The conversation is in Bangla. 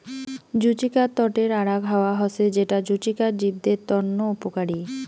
জুচিকার তটের আরাক হাওয়া হসে যেটা জুচিকার জীবদের তন্ন উপকারী